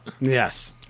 Yes